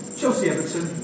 Chelsea-Everton